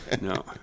No